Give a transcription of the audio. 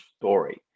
story